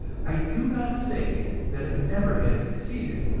i do not say that it never has succeeded,